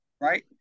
right